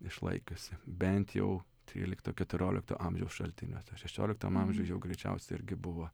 išlaikiusi bent jau trylikto keturiolikto amžiaus šaltiniuose šešioliktam amžiuj jau greičiausiai irgi buvo